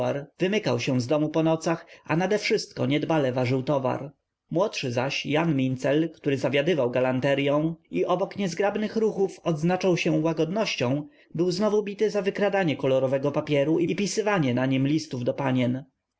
wymykał się z domu po nocach a nadewszystko niedbale ważył towar młodszy zaś jan mincel który zawiadywał galanteryą i obok niezgrabnych ruchów odznaczał się łagodnością był znowu bity za wykradanie kolorowego papieru i pisywanie na nim listów do panien